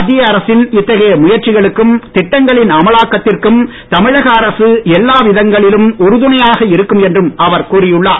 மத்திய அரசின் இத்தகைய முயற்சிகளுக்கும் திட்டங்களின் அமலாக்கத்திற்கும் தமிழக அரசு எல்லா விதங்களிலும் உறுதுணையாக இருக்கும் என்றும் அவர் கூறி உள்ளார்